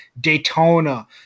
Daytona